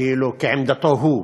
כעמדתו הוא,